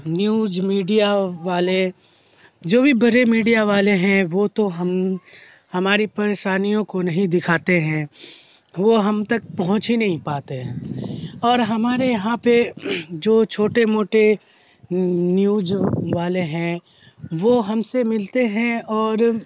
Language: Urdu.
نیوز میڈیا والے جو بھی بڑے میڈیا والے ہیں وہ تو ہم ہماری پریشانیوں کو نہیں دکھاتے ہیں وہ ہم تک پہنچ ہی نہیں پاتے ہیں اور ہمارے یہاں پہ جو چھوٹے موٹے نیوز والے ہیں وہ ہم سے ملتے ہیں اور